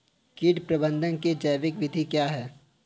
कीट प्रबंधक की जैविक विधि क्या है?